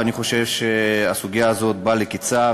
ואני חושב שהסוגיה הזאת באה לקצה,